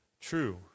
true